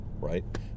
right